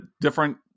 different